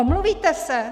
Omluvíte se?